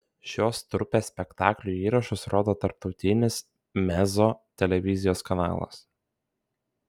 šios trupės spektaklių įrašus rodo tarptautinis mezzo televizijos kanalas